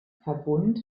verbund